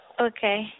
Okay